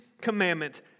commandment